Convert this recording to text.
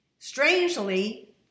Strangely